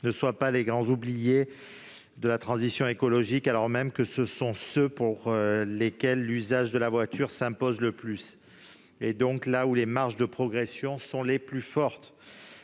ne soient pas les grands oubliés de la transition écologique, alors même que ce sont ceux pour lesquels l'usage de la voiture s'impose le plus. C'est donc là que les marges de progression sont les plus fortes.